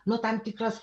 nu tam tikras